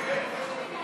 סעיפים 1